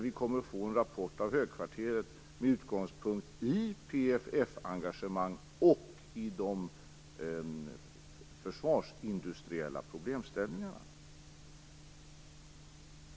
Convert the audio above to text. Vi kommer att få en rapport av Högkvarteret med utgångspunkt i PFF-engagemang och i de försvarsindustriella problemställningarna.